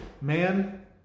man